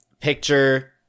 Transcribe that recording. picture